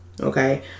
Okay